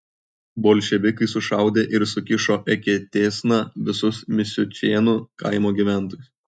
bolševikai sušaudė ir sukišo eketėsna visus misiučėnų kaimo gyventojus